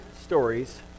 stories